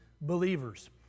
believers